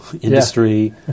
industry